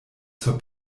zur